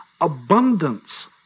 abundance